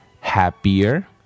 happier